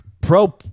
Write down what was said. pro